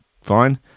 fine